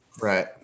Right